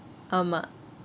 ஆமா:aama